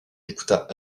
écouta